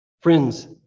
Friends